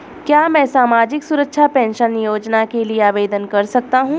क्या मैं सामाजिक सुरक्षा पेंशन योजना के लिए आवेदन कर सकता हूँ?